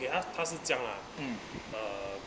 okay they ask 它是这样 lah uh